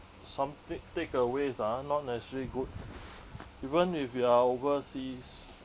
some take~ takeaways ah not necessarily good even if you are overseas